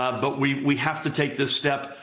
ah but we we have to take this step,